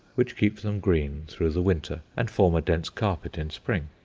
which keep them green through the winter and form a dense carpet in spring.